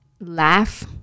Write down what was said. Laugh